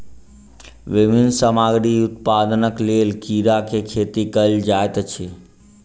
विभिन्न सामग्री उत्पादनक लेल कीड़ा के खेती कयल जाइत अछि